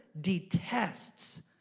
detests